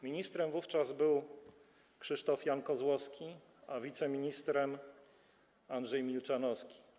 Ministrem był wówczas Krzysztof Jan Kozłowski, a wiceministrem - Andrzej Milczanowski.